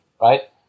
right